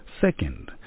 Second